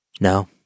No